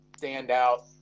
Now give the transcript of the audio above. standout